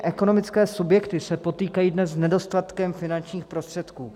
Ekonomické subjekty se dnes potýkají s nedostatkem finančních prostředků.